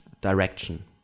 direction